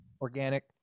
organic